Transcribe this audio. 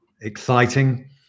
exciting